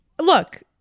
look